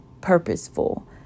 purposeful